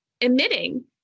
emitting